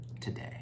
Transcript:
today